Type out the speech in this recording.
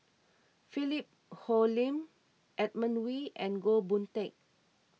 Philip Hoalim Edmund Wee and Goh Boon Teck